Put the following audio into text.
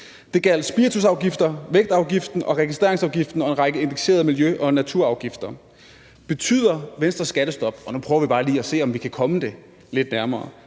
Det gjaldt spiritusafgifter, vægtafgiften, registreringsafgiften og en række indekserede miljø- og naturafgifter. Betyder Venstres skattestop – og nu prøver vi bare lige at se, om vi kan komme det lidt nærmere